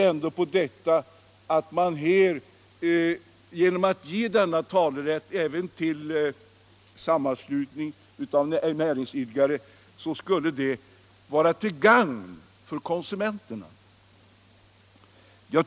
Motiveringarna bygger på att en utvidgning av talerätten till att gälla även sammanslutning av näringsidkare skulle vara till gagn för konsumenterna.